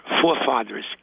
forefathers